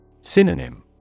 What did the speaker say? Synonym